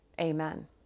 Amen